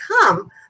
come